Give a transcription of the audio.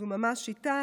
זאת ממש שיטה,